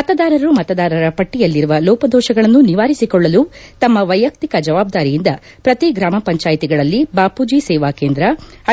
ಮತದಾರರು ಮತದಾರರ ಪಟ್ಲಯಲ್ಲಿರುವ ಲೋಪದೋಪಗಳನ್ನು ನಿವಾರಿಸಿಕೊಳ್ಳಲು ತಮ್ಮ ವೈಯಕ್ತಿಕ ಜವಾಬ್ದಾರಿಯಿಂದ ಪ್ರತಿ ಗ್ರಾಮ ಪಂಚಾಯಿತಿ ಗಳಲ್ಲಿ ಬಾಮೂಜಿ ಸೇವಾ ಕೇಂದ್ರ